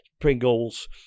Pringles